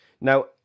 Now